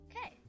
Okay